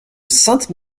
sainte